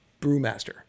brewmaster